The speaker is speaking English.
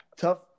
tough